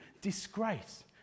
disgrace